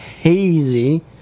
hazy